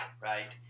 right